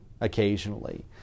occasionally